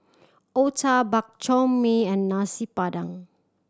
otah Bak Chor Mee and Nasi Padang